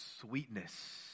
sweetness